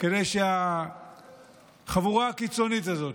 כדי שהחבורה הקיצונית הזאת,